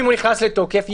כל המשרדים שלכם --- פרט,